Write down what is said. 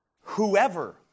whoever